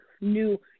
new